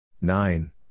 Nine